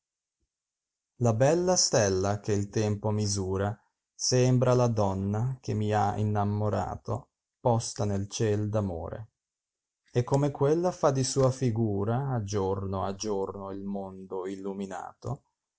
a bella stella che il tempo misura sembra la donna che mi ha innamorato posta nel ciel d amore come quella fa di sua figura a giorno a giorno il mondo illuminato